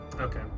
Okay